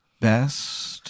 best